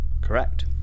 Correct